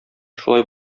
шулай